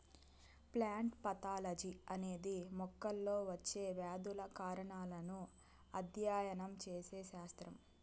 plant pathology అనేది మొక్కల్లో వచ్చే వ్యాధుల కారణాలను అధ్యయనం చేసే శాస్త్రం